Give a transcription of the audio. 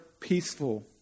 peaceful